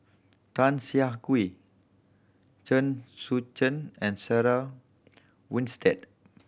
Tan Siah Kwee Chen Sucheng and Sarah Winstedt